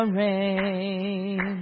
rain